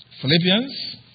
Philippians